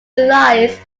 relies